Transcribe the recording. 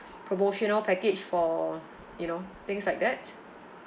promotional package for you know things like that